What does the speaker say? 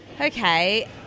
okay